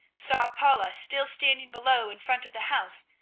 saw paula still standing below in front of the house,